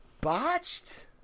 Botched